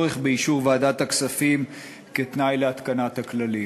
ביטול הצורך באישור ועדת הכספים כתנאי להתקנת הכללים.